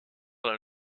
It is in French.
dans